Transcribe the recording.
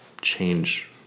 change